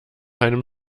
einem